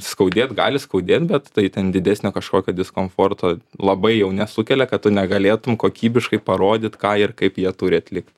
skaudėt gali skaudėt bet tai ten didesnio kažkokio diskomforto labai jau nesukelia kad tu negalėtum kokybiškai parodyt ką ir kaip jie turi atlikt